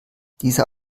dieser